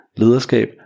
lederskab